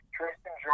Tristan